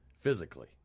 physically